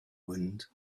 wind